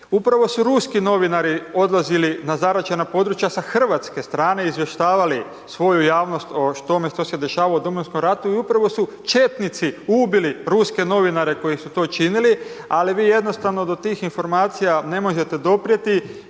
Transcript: Upravo su ruski novinari odlazili na zaraćena područja sa hrvatske strane, izvještavali svoju javnost o tome što se dešavalo u Domovinskom ratu i upravo su Četnici ubili ruske novinare koji su to činili ali vi jednostavno do tih informacija ne možete doprijeti